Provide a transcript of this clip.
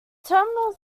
terminals